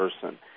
person